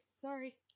Sorry